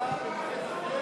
הצבעה במועד אחר?